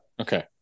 Okay